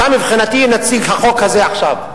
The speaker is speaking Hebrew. אתה מבחינתי נציג החוק הזה עכשיו.